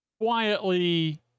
quietly